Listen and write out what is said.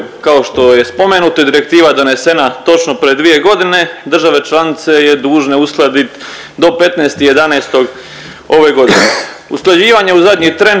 Kao što je spomenuto direktiva je donesena točno prije dvije godine. Države članice je dužne uskladit do 15.11. ove godine. Usklađivanje u zadnji tren,